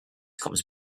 comes